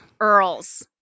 earls